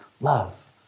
love